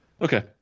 Okay